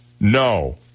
No